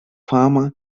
fama